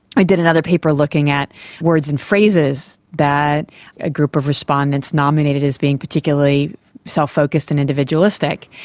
i did another paper looking at words and phrases that a group of respondents nominated as being particularly self-focused and individualistic,